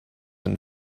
and